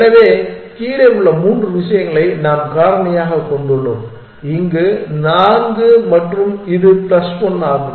எனவே கீழே உள்ள மூன்று விஷயங்களை நாம் காரணியாகக் கொண்டுள்ளோம் இங்கு நான்கு மற்றும் இது பிளஸ் 1 ஆகும்